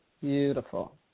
Beautiful